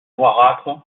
noirâtre